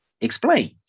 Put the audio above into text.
Explain